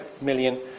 million